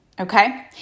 okay